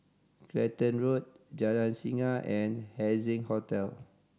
Clacton Road Jalan Singa and Haising Hotel